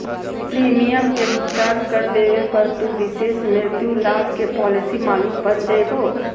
premium के भुगतान कर देवे पर, तू विशेष मृत्यु लाभ के पॉलिसी मालिक बन जैभो